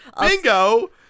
Bingo